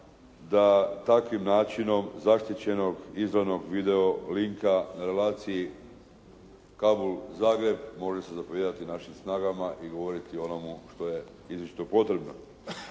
da takvim načinom zaštićenog izravnog video linka relaciji Kabul-Zagreb može se zapovijedati našim snagama i govoriti o onomu što je izričito potrebno.